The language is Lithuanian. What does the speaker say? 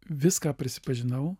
viską prisipažinau